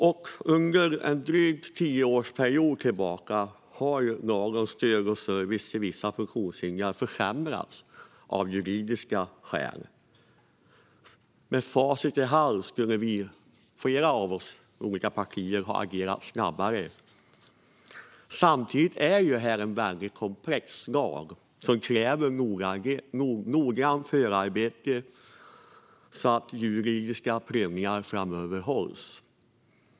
Sedan drygt tio år tillbaka har lagen om stöd och service till vissa funktionshindrade försämrats av juridiska skäl. Med facit i hand skulle flera av oss partier ha agerat snabbare. Samtidigt är detta en väldigt komplex lag som kräver noggrant förarbete så att juridiska prövningar håller framöver.